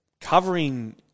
covering